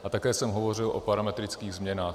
A také jsem hovořil o parametrických změnách.